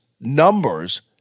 numbers